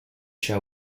shall